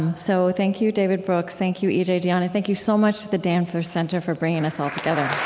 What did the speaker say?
and so thank you david brooks. thank you e j. dionne. and thank you so much to the danforth center for bringing us all together